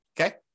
okay